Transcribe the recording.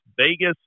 Vegas